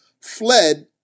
fled